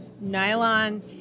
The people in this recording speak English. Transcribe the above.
nylon